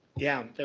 yeah,